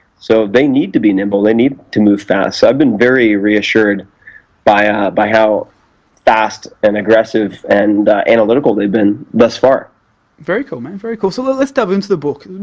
so they need to be nimble, they need to move fastoso i've been very reassured by ah by how fast and aggressive and analytical they've been thus far. pete very cool, man, very cool. so let's delve into the book.